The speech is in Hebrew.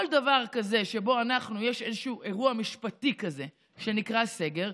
כל דבר כזה שבו יש איזשהו אירוע משפטי כזה שנקרא סגר,